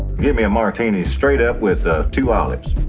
give me a martini, straight-up, with ah two olives.